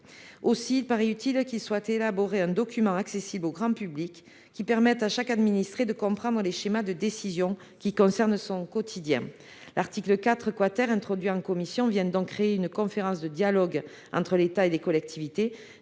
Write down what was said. Aussi, il paraît utile que soit élaboré un document, accessible au grand public, permettant à chaque administré de comprendre les schémas d'élaboration des décisions qui ont un impact sur son quotidien. L'article 4 , introduit en commission, crée une conférence de dialogue entre l'État et les collectivités